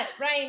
right